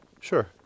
Sure